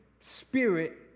spirit